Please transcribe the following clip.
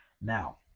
Now